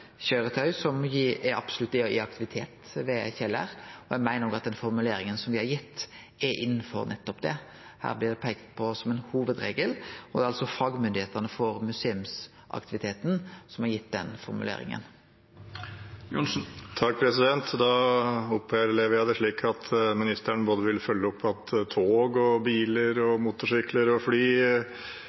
absolutt er i aktivitet, og eg meiner òg at den formuleringa me har gitt, er innanfor nettopp det. Her blir det peikt på som ein hovudregel, og det er altså fagmyndigheitene for museumsaktiviteten som har gitt den formuleringa. Da opplever jeg det slik at ministeren vil følge opp at både tog, biler, motorsykler, fly og båter vil kunne være i kjøredyktig stand. Det synes jeg er